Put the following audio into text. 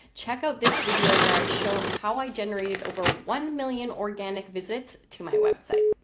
check out this video where i show how i generated over one million organic visits to my website.